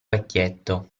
vecchietto